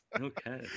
Okay